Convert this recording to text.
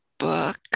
book